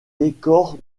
décors